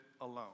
alone